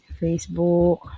Facebook